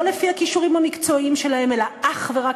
לא לפי הכישורים המקצועיים שלהם אלא אך ורק